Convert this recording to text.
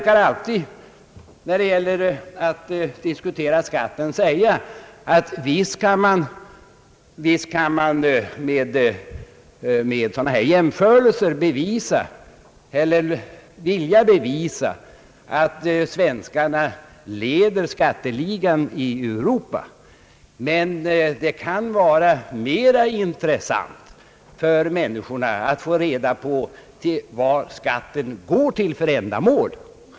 När det gäller att diskutera skatten brukar jag alltid säga, att man med sådana här jämförelser visst kan bevisa eller vilja bevisa att vårt land leder skatteligan i Europa. Det kan dock vara mera intressant för människorna att få reda på till vilka ändamål skatten går.